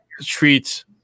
treat